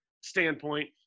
standpoint